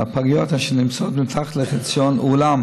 והפגיות אשר נמצאות מתחת לחציון אולם